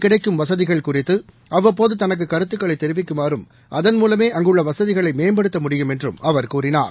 கிடைக்கும் வசதிகள் குறித்துஅவ்வப்போதுதனக்குகருத்துக்களைதெரிவிக்குமாறும் அதன் இங்கு மூலமே அங்குள்ளவசதிகளைமேம்படுத்த முடியும் என்றும் அவர் கூறினார்